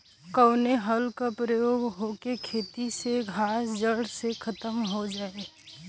कवने हल क प्रयोग हो कि खेत से घास जड़ से खतम हो जाए?